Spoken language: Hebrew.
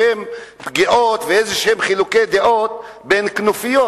פגיעות כלשהן וחילוקי דעות כלשהם בין כנופיות.